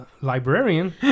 librarian